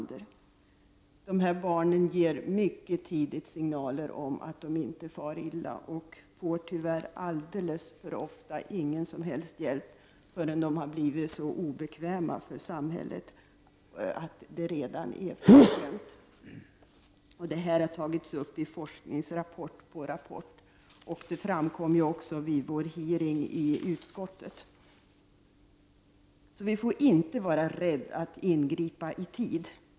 Dessa barn ger mycket tidigt signaler om att de far illa, och de får tyvärr alldeles för ofta inte någon som helst hjälp förrän de har blivit så obekväma för samhället att det redan är för sent. Detta har tagits upp i forskningsrapport efter forskningsrapport, och det framkom också vid vår utfrågning i utskottet. Vi får således inte vara rädda för att ingripa i tid.